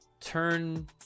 turn